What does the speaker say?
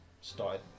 started